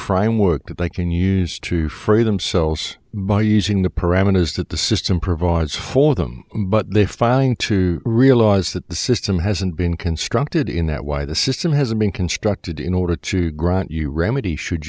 framework that they can use to free themselves by using the parameters that the system provides for them but they find to realize that the system hasn't been constructed in that why the system hasn't been constructed in order to grant you remedy should